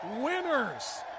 winners